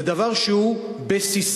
זה דבר שהוא בסיסי.